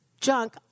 junk